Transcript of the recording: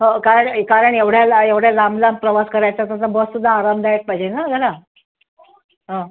हो कारण कारण एवढ्या ला एवढ्या लांब लांब प्रवास करायचा समजा बससुद्धा आरामदायक पाहिजे ना जरा हो